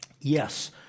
Yes